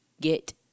get